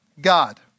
God